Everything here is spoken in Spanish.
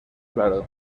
claro